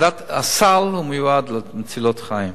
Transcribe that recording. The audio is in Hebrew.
הסל מיועד להצלת חיים.